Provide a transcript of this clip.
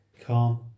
calm